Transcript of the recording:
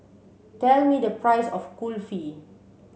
tell me the price of Kulfi